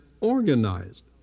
organized